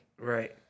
Right